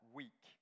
week